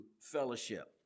fellowship